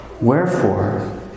Wherefore